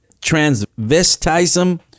transvestism